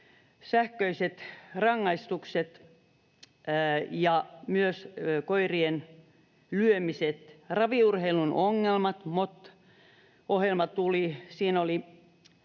sähköiset rangaistukset ja myös koirien lyömiset. Raviurheilun ongelmista tuli MOT-ohjelma, siinä oli